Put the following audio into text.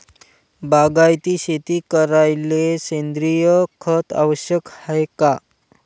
बागायती शेती करायले सेंद्रिय खत आवश्यक हाये का?